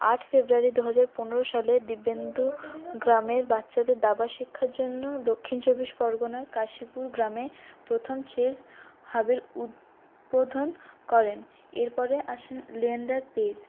আট ফেব্রুয়ারি দু হাজার পনেরো সালে দিব্যেন্দু গ্রামের বাচ্চাদের দাবা শিক্ষার জন্য দক্ষিণ চব্বিশ পরগণার কাশীপুর গ্রামে প্রথম চেস হাবের উদ্বোধন করেন এরপরে আসেন লিয়েন্ডার পেজ